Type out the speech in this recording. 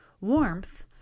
Warmth